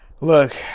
Look